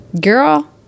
Girl